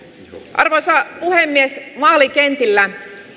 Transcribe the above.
arvoisa puhemies vaalikentillä